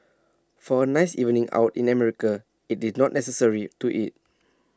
for A nice evening out in America IT is not necessary to eat